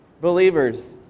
believers